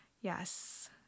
Yes